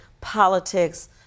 politics